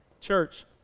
church